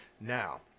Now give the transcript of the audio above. Now